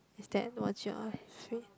is that what's your afraid